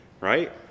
right